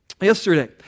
yesterday